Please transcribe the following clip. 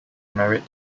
married